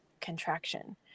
contraction